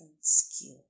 skill